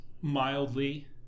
mildly